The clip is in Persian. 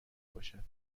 باشد